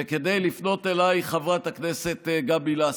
וכדי לפנות אלייך, חברת הכנסת גבי לסקי.